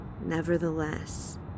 Nevertheless